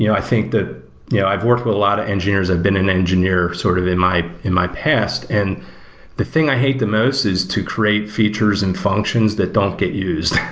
yeah i think that yeah i've worked with a lot of engineers, i've been an engineer sort of in my in my past, and the thing i hate the most is to create features and functions the don't get used,